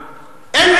אין.